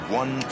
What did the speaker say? one